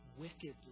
wickedly